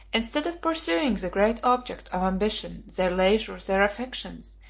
instead of pursuing the great object of ambition, their leisure, their affections,